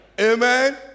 Amen